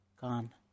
gone